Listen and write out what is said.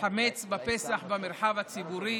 חמץ בפסח במרחב הציבורי,